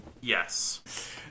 yes